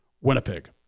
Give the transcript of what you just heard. Winnipeg